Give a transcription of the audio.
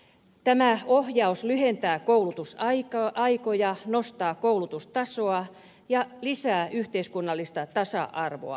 tämä ohjaus lyhentää koulutusaikoja nostaa koulutustasoa ja lisää yhteiskunnallista tasa arvoa